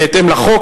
בהתאם לחוק,